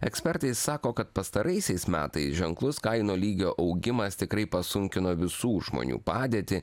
ekspertai sako kad pastaraisiais metais ženklus kainų lygio augimas tikrai pasunkino visų žmonių padėtį